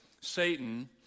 Satan